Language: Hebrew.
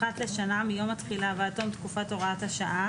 אחת לשנה מיום התחילה ועד תום תקופת הוראת השעה,